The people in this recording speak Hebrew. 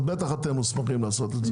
אז בטח אתם מוסמכים לעשות את זה.